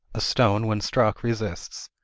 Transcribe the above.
a stone when struck resists.